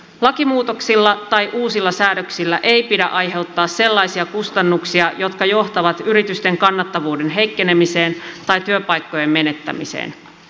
lakimuutoksilla tai uusilla säädöksillä ei pidä aiheuttaa sellaisia kustannuksia jotka johtavat yritysten kannattavuuden heikkenemiseen tai työpaikkojen menettämiseen